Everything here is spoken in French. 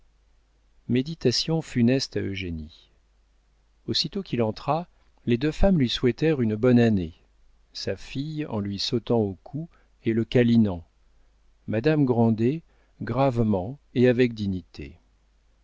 méditation funeste à eugénie aussitôt qu'il entra les deux femmes lui souhaitèrent une bonne année sa fille en lui sautant au cou et le câlinant madame grandet gravement et avec dignité